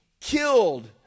killed